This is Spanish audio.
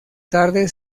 tarde